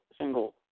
single